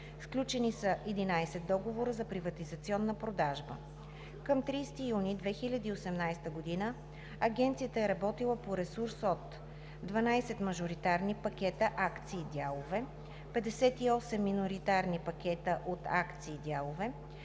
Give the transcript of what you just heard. Сключени са 11 договора за приватизационна продажба. Към 30 юни 2018 г. Агенцията е работила по ресурс от: - 12 мажоритарни пакета акции/дялове; - 58 миноритарни пакета от акции/дялове;